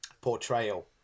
portrayal